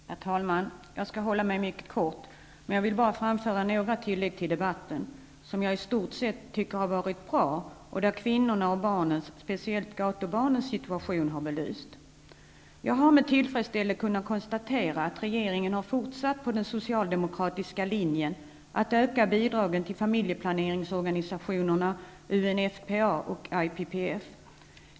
Herr talman! Jag skall fatta mig mycket kort, men vill göra några tillägg till debatten. Den har i stort sett varit bra. Kvinnornas och barnens, speciellt gatubarnens situation, har blivit belyst. Jag har med tillfredsställelse kunnat konstatera att regeringen fortsatt på den socialdemokratiska linjen att öka bidragen till familjeplaneringsorganisationerna UNFPA och IPPF.